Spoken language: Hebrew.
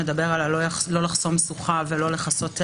שמדבר על לא לחסום שוחה או תעלה.